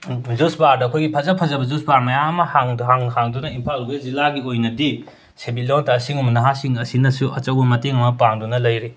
juice ꯕꯥꯔꯗ ꯑꯩꯈꯣꯏꯒꯤ ꯐꯖ ꯐꯖꯕ ꯖꯨꯁ ꯕꯥꯔ ꯃꯌꯥꯝ ꯑꯃ ꯍꯥꯡꯗꯨꯅ ꯏꯝꯐꯥꯜ ꯋꯦꯁ ꯖꯤꯂꯥꯒꯤ ꯑꯣꯏꯅꯗꯤ ꯁꯦꯟꯃꯤꯠꯂꯣꯟꯗ ꯑꯁꯤꯒꯨꯝꯕ ꯅꯍꯥꯁꯤꯡ ꯑꯁꯤꯅꯁꯨ ꯑꯆꯧꯕ ꯃꯇꯦꯡ ꯑꯃ ꯄꯥꯡꯗꯨꯅ ꯂꯩꯔꯤ